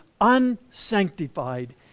unsanctified